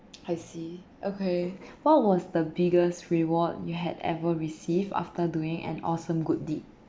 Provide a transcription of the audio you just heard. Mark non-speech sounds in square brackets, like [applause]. [noise] I see okay what was the biggest reward you had ever received after doing an awesome good deed